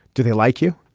do they like you